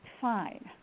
fine